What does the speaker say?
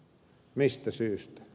mistä syystä